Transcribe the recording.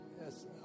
Yes